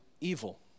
evil